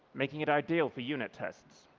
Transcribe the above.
making it ideal for unit tests.